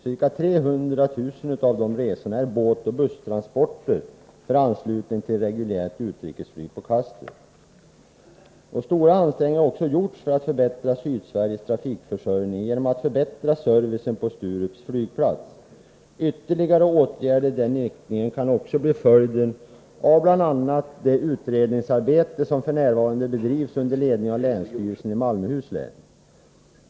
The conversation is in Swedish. Ca 300 000 av resorna är båtoch busstransporter för anslutning till reguljärt utrikesflyg på Kastrup. Stora ansträngningar har också gjorts för att förbättra Sydsveriges trafikförsörjning genom att förbättra servicen på Sturups flygplats. Ytterligare åtgärder i den riktningen kan också bli följden av bl.a. det utredningsarbete som f.n. bedrivs under ledning av länsstyrelsen i Malmöhus län.